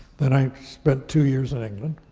then i spent two years in england